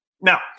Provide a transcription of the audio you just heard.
Now